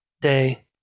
day